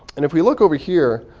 and if we look over here,